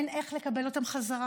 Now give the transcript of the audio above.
אין איך לקבל אותם חזרה.